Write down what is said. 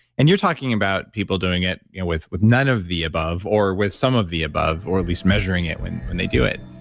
and you're talking about people doing it, you know with with none of the above or with some of the above or at least measuring it when when they do it.